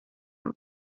بود